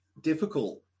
difficult